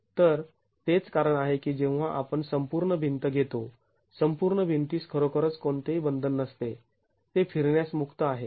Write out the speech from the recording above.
तर तेच कारण आहे की जेव्हा आपण संपूर्ण भिंत घेतो संपूर्ण भिंतीस खरोखरंच कोणतेही बंधन नसते ते फिरण्यास मुक्त आहे